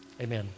amen